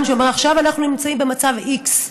שאומרת: שעכשיו אנחנו נמצאים במצב x,